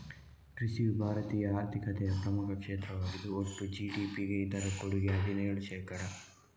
ಕೃಷಿಯು ಭಾರತೀಯ ಆರ್ಥಿಕತೆಯ ಪ್ರಮುಖ ಕ್ಷೇತ್ರವಾಗಿದ್ದು ಒಟ್ಟು ಜಿ.ಡಿ.ಪಿಗೆ ಇದರ ಕೊಡುಗೆ ಹದಿನೇಳು ಶೇಕಡಾ